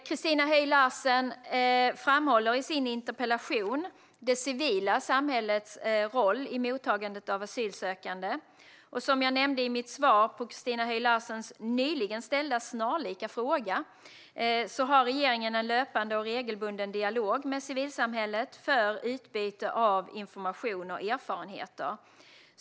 Christina Höj Larsen framhåller i sin interpellation det civila samhällets roll i mottagandet av asylsökande. Som jag nämnde i mitt svar på Christina Höj Larsens nyligen ställda snarlika fråga har regeringen en löpande och regelbunden dialog med civilsamhället för utbyte av information och erfarenheter.